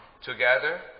together